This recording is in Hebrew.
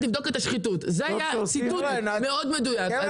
לבדוק את השחיתות" זה ציטוט מאוד מדויק,